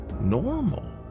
normal